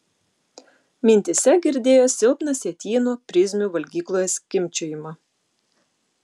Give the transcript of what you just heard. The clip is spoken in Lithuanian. mintyse girdėjo silpną sietyno prizmių valgykloje skimbčiojimą